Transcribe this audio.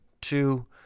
Two